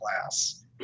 class